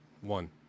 One